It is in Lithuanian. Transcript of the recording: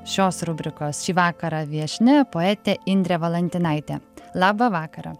šios rubrikos šį vakarą viešnia poetė indrė valantinaitė labą vakarą